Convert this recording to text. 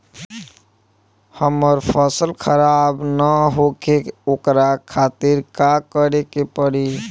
हमर फसल खराब न होखे ओकरा खातिर का करे के परी?